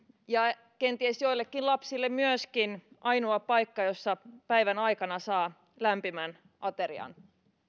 ja kenties joillekin lapsille myöskin ainoa paikka jossa päivän aikana saa lämpimän aterian